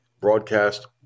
broadcast